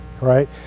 right